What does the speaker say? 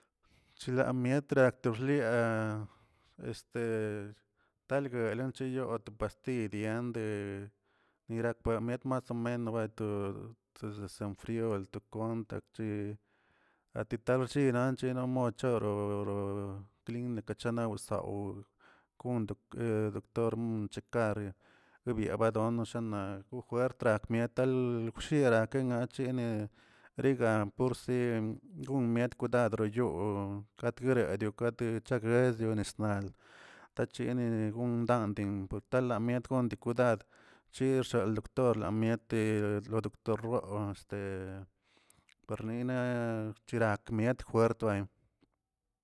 Chlamietra to rlia este talgancheyolə pastiy deandə nirakwed mas omenos betu to desenfriolə to kontak tatircharchina chino mochoro roplin kachanw bzaw kon dok- doctor chekare ebbyabadon naꞌ gonfretmiatal gushierakə nachiene riegan porsi, gon miet kwidad goo gatguerier kate chegguezlio neznal tacheni gon dandi talamiet gon di kwidad bchi xaldoctor miate tolodorroo este parnina cherak miet juertbay.